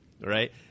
Right